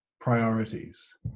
priorities